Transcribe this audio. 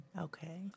Okay